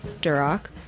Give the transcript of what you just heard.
Duroc